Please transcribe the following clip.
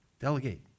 Delegate